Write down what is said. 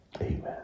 amen